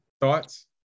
thoughts